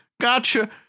gotcha